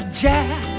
jack